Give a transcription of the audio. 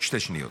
שתי שניות,